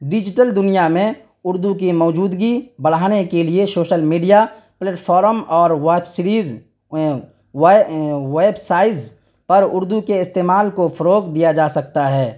digital دنیا میں اردو کی موجودگی بڑھانے کے لیے شوشل میڈیا پلیٹفارم اور ویب سریز ویب سریز پر اردو کے استعمال کو فروغ دیا جا سکتا ہے